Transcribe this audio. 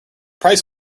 price